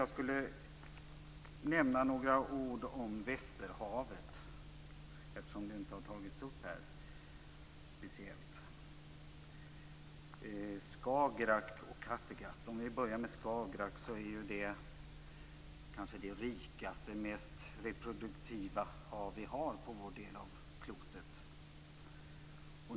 Jag tänkte nämna några ord om Västerhavet, eftersom det inte har tagits upp här. Skagerrak är ju det kanske rikaste och mest reproduktiva hav som finns på vår del av jordklotet.